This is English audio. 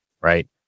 Right